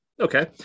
Okay